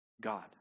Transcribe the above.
God